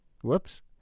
Whoops